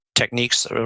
Techniques